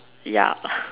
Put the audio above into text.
ya